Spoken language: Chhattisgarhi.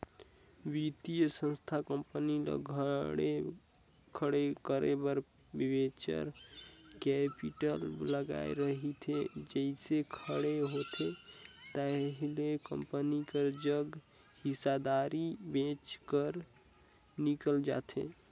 बित्तीय संस्था कंपनी ल खड़े करे बर वेंचर कैपिटल लगाए रहिथे जइसे खड़े होथे ताहले कंपनी कर जग हिस्सादारी बेंच कर निकल जाथे